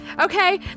Okay